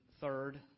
third